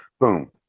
Boom